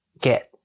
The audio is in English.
get